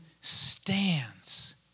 stands